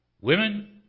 women